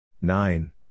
Nine